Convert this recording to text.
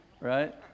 Right